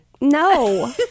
No